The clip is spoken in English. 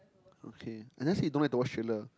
okay I never say you don't like to watch thriller